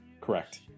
Correct